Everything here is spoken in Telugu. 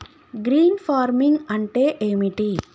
గ్రీన్ ఫార్మింగ్ అంటే ఏమిటి?